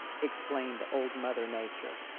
explained old mother nature.